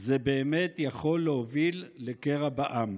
זה באמת יכול להוביל לקרע בעם.